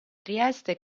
trieste